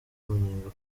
umunyenga